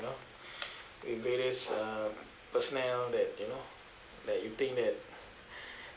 you know with various uh personnel that you know that you think that